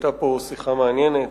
היתה פה שיחה מעניינת,